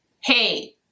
hey